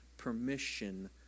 permission